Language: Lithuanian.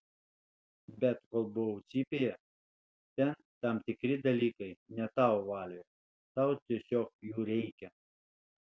bet kol buvau cypėje ten tam tikri dalykai ne tavo valioje tau tiesiog jų reikia